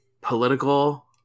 political